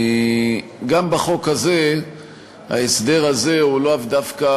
גם בחוק הזה ההסדר הזה הוא לאו דווקא